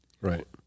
Right